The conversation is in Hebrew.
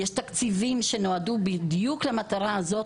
יש לנו תקציבים שנועדו בדיוק למטרה הזאת